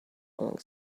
falling